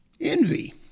Envy